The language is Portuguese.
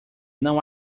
não